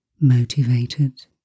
motivated